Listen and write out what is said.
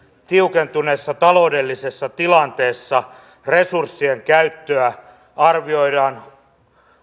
tiukentuneessa taloudellisessa tilanteessa resurssien käyttöä arvioidaan